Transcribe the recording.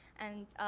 and,